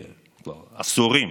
כבר עשורים,